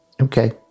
Okay